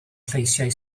lleisiau